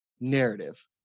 narrative